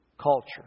culture